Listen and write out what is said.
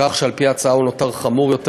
כך שעל-פי ההצעה הוא נותר חמור יותר